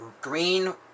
green